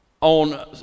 on